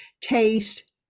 taste